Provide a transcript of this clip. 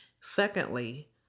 Secondly